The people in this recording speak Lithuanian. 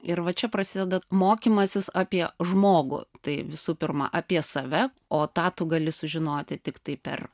ir va čia prasideda mokymasis apie žmogų tai visų pirma apie save o tą tu gali sužinoti tiktai per